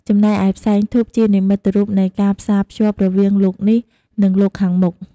ចំណែកឯផ្សែងធូបជានិមិត្តរូបនៃការផ្សារភ្ជាប់រវាងលោកនេះ និងលោកខាងមុខ។